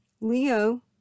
Leo